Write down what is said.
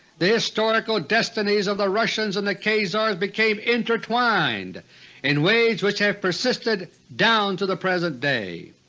the historical destinies of the russians and the khazars became intertwined in ways which have persisted down to the present day.